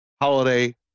holiday